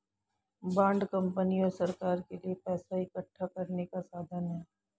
bond company और सरकार के लिए पैसा इकठ्ठा करने का साधन है